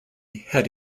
had